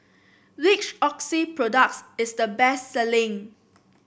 which Oxy product is the best selling